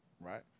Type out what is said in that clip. right